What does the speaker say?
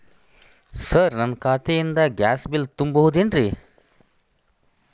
Sir ನನ್ನ ಖಾತೆಯಿಂದ gas bill ತುಂಬಹುದೇನ್ರಿ?